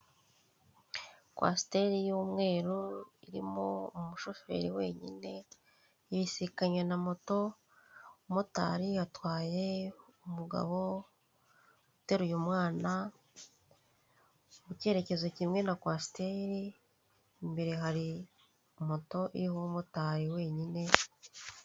Kwasteri y'umweru irimo umushoferi wenyine ibisikanye na moto, umumotari atwaye umugabo uteruye umwana mu cyerekezo kimwe na kwasteri, imbere hari moto iriho umumotari wenyine.